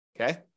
Okay